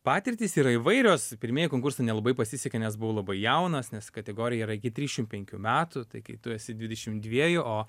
patirtys yra įvairios pirmieji konkursai nelabai pasisekė nes buvau labai jaunas nes kategorija iki trišim penkių metų tai kai tu esi dvidešim dviejų o